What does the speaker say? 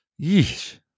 Yeesh